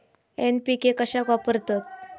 NPK कशाक वापरतत?